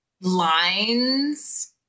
lines